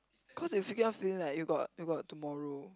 cause you f~ keep on feeling like you got you got tomorrow